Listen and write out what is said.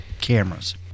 cameras